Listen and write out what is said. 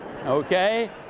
Okay